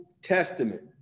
testament